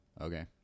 okay